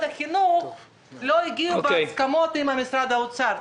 החינוך לא הגיעו להסכמות עם משרד האוצר.